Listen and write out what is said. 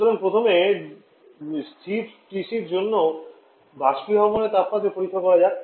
সুতরাং প্রথমে ধ্রুবক TC র জন্য বাষ্পীভবনের তাপমাত্রাটি পরীক্ষা করা যাক